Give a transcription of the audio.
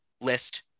list